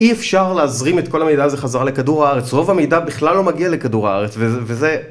אי אפשר להזרים את כל המידע הזה חזרה לכדור הארץ, רוב המידע בכלל לא מגיע לכדור הארץ, וזה...